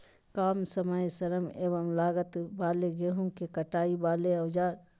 काम समय श्रम एवं लागत वाले गेहूं के कटाई वाले औजार?